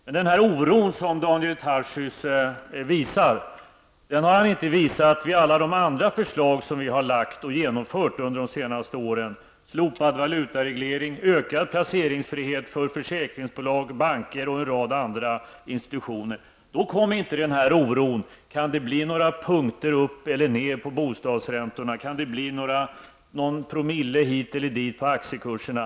Men den oro som Daniel Tarschys visar har han inte visat över alla de andra förslag som vi har framlagt och fått genomförda under de senaste åren: slopad valutareglering, ökad placeringsfrihet för försäkringsbolag, banker och en rad andra institutioner. Då kom det inte fram någon oro över om det kunde bli några punkter upp eller ned på bostadsräntorna eller någon promille hit eller dit på aktiekurserna.